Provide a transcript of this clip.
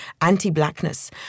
anti-blackness